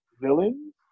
villains